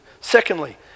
Secondly